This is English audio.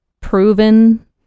proven